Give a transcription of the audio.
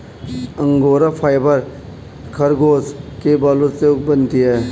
angora fibre खरगोश के बालों से बनती है